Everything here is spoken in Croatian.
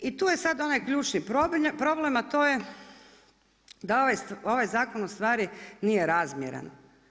I tu je sad onaj ključni problem a to je da ovaj zakon ustvari nije razmjeran.